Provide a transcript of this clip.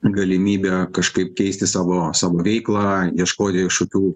galimybę kažkaip keisti savo savo veiklą ieškoti kažkokių